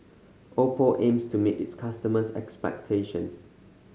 oppo aims to meet its customers' expectations